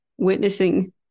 witnessing